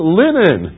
linen